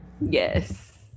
Yes